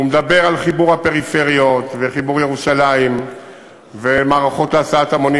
הוא מדבר על חיבור הפריפריות וחיבור ירושלים ומערכות להסעת המונים,